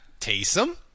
Taysom